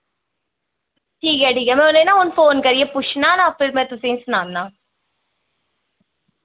ठीक ऐ ठीक ऐ में उ'नेंगी ना हून फोन करियै पुच्छनां ना फिर में तुसें सनानां